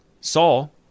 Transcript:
Saul